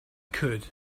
could